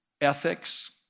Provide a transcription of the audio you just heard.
ethics